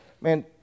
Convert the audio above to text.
Man